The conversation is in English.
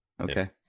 Okay